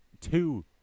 two